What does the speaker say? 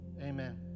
Amen